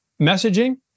messaging